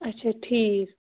اَچھا ٹھیٖک